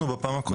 אני